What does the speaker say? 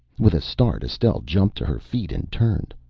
with a start, estelle jumped to her feet and turned.